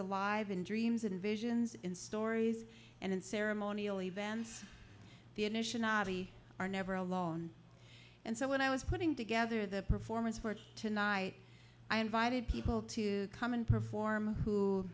alive in dreams and visions in stories and in ceremonial events are never alone and so when i was putting together the performance for tonight i invited people to come and perform